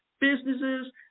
Businesses